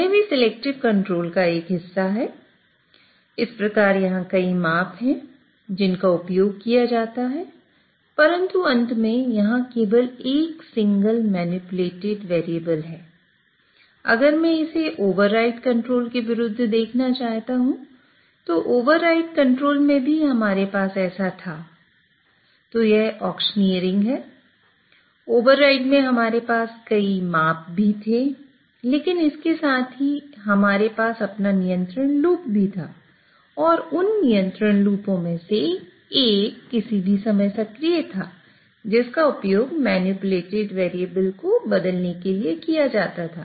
यह भी selective control को बदलने के लिए किया जाता था